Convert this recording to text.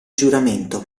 giuramento